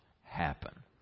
happen